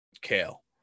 Kale